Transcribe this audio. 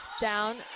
Down